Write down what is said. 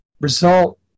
result